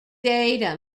data